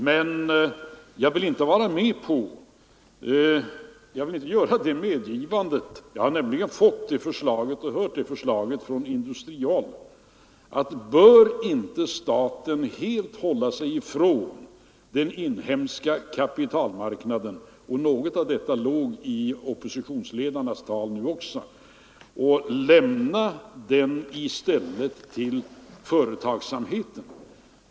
Men jag vill inte vara med på förslag som det jag har hört från industrihåll: ”Bör inte staten helt hålla sig ifrån den inhemska kapitalmarknaden och i stället lämna den till företagsamheten?” Något av detta låg i oppositionsledarnas tal nu också.